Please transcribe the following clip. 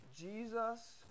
Jesus